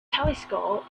telescope